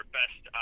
best